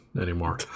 anymore